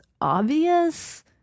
obvious